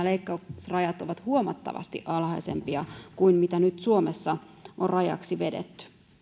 leikkausrajat ovat huomattavasti alhaisempia kuin nyt suomessa on rajaksi vedetty